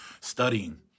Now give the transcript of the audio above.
studying